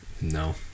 No